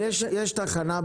יש תחנה,